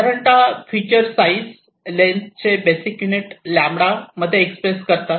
साधारणतः feature size length चे basic unit lambda Lambda λ मध्ये एक्सप्रेस करतात